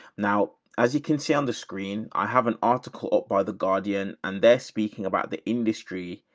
now, as you can see on the screen, i have an article up by the guardian and they're speaking about the industry.